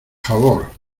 favor